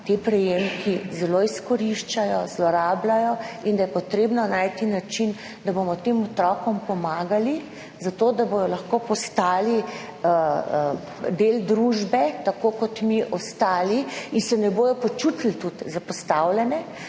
te prejemke zelo izkorišča, zlorablja in je treba najti način, da bomo tem otrokom pomagali, zato da bodo lahko postali del družbe, tako kot smo mi ostali, in se ne bodo počutili zapostavljene.